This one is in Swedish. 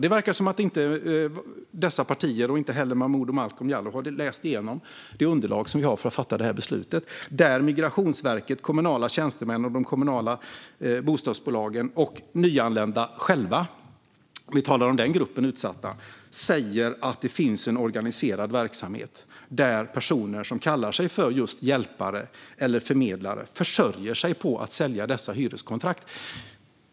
Det verkar som att varken dessa partier eller Momodou Malcolm Jallow har läst igenom de underlag som vi har för att fatta det här beslutet. Där säger Migrationsverket, kommunala tjänstemän, kommunala bostadsbolag och nyanlända själva, om vi talar om den gruppen utsatta, att det finns en organiserad verksamhet. Personer som kallar sig just hjälpare eller förmedlare försörjer sig på att sälja dessa hyreskontrakt.